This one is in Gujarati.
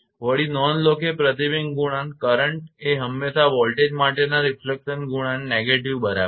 વળી નોંધ લો કે પ્રતિબિંબ ગુણાંક કરંટ એ હંમેશાં વોલ્ટેજ માટેના રિફિક્શન ગુણાંકના negative બરાબર છે